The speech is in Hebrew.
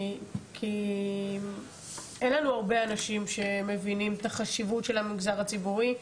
כי אין לנו הרבה אנשים שמבינים את החשיבות של המגזר הציבורי,